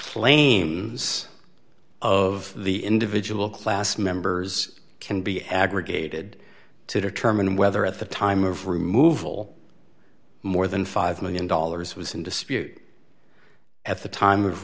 claims of the individual class members can be aggregated to determine whether at the time of removal more than five million dollars was in dispute at the time of